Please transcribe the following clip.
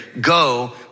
go